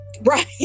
right